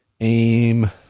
AIM